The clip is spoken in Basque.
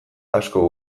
asko